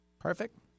Perfect